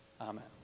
Amen